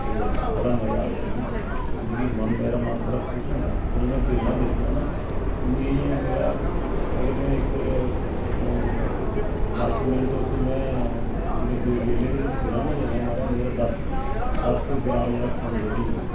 ते बड़ा मज़ा आंदा जी मेरा मन बड़ा खुश होंदा ऐ जिसलै में बेल्लां दिक्खना ना मिगी इयां मेरा अगर में इक दस मैंट उत्थे में बेल्लें बिच्च फिरां न जेल्लै माराज़ मेरे दस ग्राम मेरा खून बधी जंदा ऐ